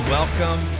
welcome